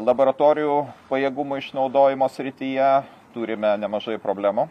laboratorijų pajėgumų išnaudojimo srityje turime nemažai problemų